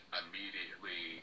immediately